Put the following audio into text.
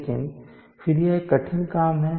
लेकिन फिर से यह कठिन काम है